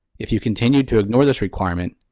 if you continue to ignore this requirement,